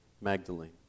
Magdalene